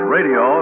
Radio